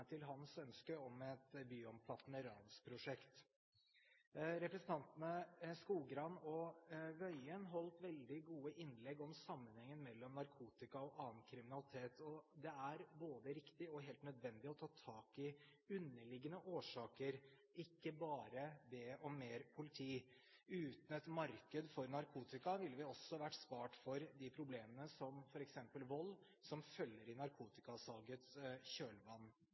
til hans ønske om et byomfattende ransprosjekt. Representantene Skogrand og Tingelstad Wøien holdt veldig gode innlegg om sammenhengen mellom narkotikakriminalitet og annen kriminalitet. Det er både riktig og helt nødvendig å ta tak i underliggende årsaker, ikke bare be om mer politi. Uten et marked for narkotika ville vi vært spart for problemer som f.eks. vold, som følger i narkotikasalgets kjølvann.